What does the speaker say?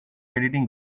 editing